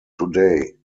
today